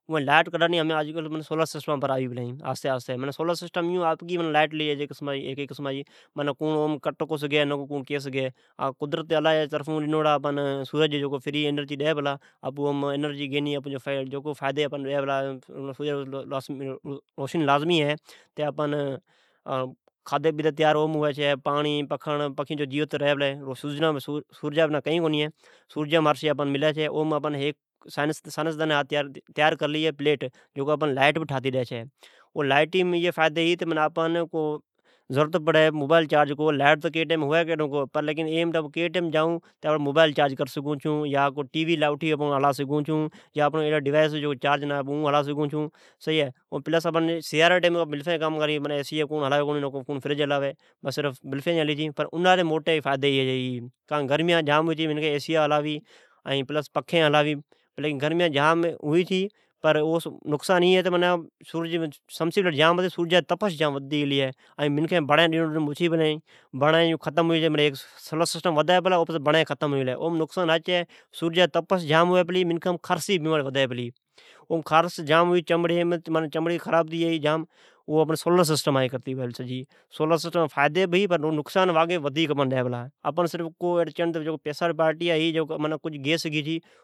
لائیٹ کڈانیآج کل سولرسسٹم پر آوی پلین سولر سسٹم ائون ھے جڑی آپکی لائیٹ نکو کوڑ کٹ سگھی نکو کوڑ کی سگھی ۔ قدرتی اللہ جا ڈنیڑا ھی جکو آپان فری آنرجی ڈی پلا سورج ضروری ھے کان تو اوم پکھی پکھڑ جیوت ریھہ پلے سورجا بنا کئین کونی ھی ۔سورجا ھر شئی ھے سائیئسدانی ھا ھک پلیٹ ایجاد کرلی ھے ۔جکو آپان لائیٹ ٹھاتی ڈیچھی لائیٹ تو کڈھن ھوئی تو کڈھن کونی سولر سسٹم تو جڈ جا ئون چالو کر سگھون مبائیل چارج کر سگھون ء ٹی وی چالو کر سگھون ڈجی ایڑی ڈوائیز چالو کر سگھون ۔ سیاری مین رگی بلفین بارون ۔ اناڑیم موٹا فائیدا ھے اوم پکھین ایسی ھلائون پر سمسیا وڈنڑی سے تپش جام وڈتی گلی ہےٰء منکھئن بڑی مچھیے پلین سولر سسٹم وڈی پلا ءبڑین گھٹجی پلئن اوم نقصان ھا ہے تو منکھام خارسی جی بیماری وڈی پلی ائی سب سولر سسٹم جی کرتی ھوئی پلی ۔ سولرسسٹم جی فائیدی ہے پر نقصان جھام ہے کجھ ایڑے منکھین ھے جکو گیئی سگھی